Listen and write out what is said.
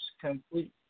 complete